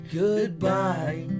goodbye